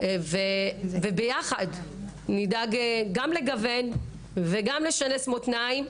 וביחד נדאג גם לגוון וגם לשנס מותניים.